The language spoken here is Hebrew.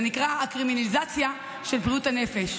הוא נקרא "קרימינליזציה של בריאות הנפש".